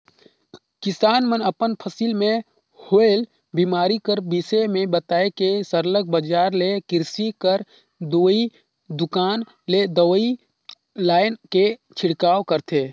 किसान मन अपन फसिल में होवल बेमारी कर बिसे में बताए के सरलग बजार ले किरसी कर दवई दोकान ले दवई लाएन के छिड़काव करथे